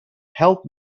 help